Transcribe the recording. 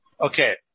okay